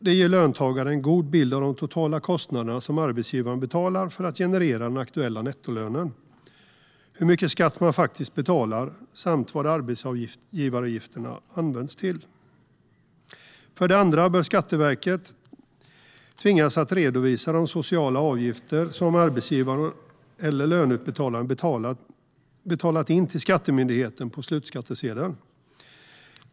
Det ger löntagaren en god bild av de totala kostnaderna som arbetsgivaren betalar för att generera den aktuella nettolönen, hur mycket skatt man faktiskt betalar samt vad arbetsgivaravgifterna används till. För det andra bör Skatteverket tvingas att redovisa de sociala avgifter som arbetsgivaren eller löneutbetalaren betalat in till skattemyndigheten på slutskattsedeln.